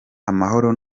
amahoro